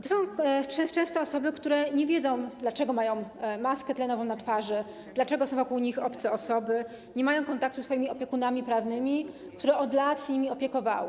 To są często osoby, które nie wiedzą, dlaczego mają maskę tlenową na twarzy, dlaczego są wokół nich obce osoby, nie mają kontaktu ze swoimi opiekunami prawnymi, którzy od lat się nimi opiekowali.